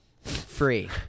free